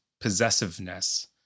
possessiveness